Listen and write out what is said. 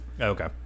Okay